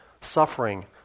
Suffering